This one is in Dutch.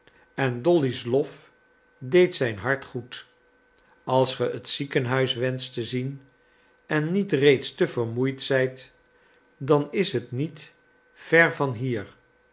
en dolly's lof deed zijn hart goed als ge het ziekenhuis wenscht te zien en niet reeds te vermoeid zijt dan is het niet ver van hier